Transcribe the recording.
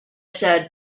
said